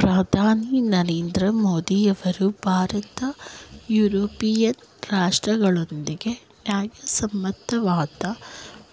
ಪ್ರಧಾನಿ ನರೇಂದ್ರ ಮೋದಿಯವರು ಭಾರತ ಯುರೋಪಿಯನ್ ರಾಷ್ಟ್ರಗಳೊಂದಿಗೆ ನ್ಯಾಯಸಮ್ಮತವಾದ